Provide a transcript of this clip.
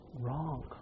wrong